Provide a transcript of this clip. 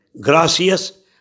Gracias